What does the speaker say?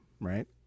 right